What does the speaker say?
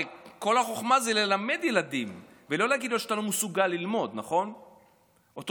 הרי כל החוכמה היא ללמד ילדים ולא להגיד לילד שהוא לא מסוגל ללמוד,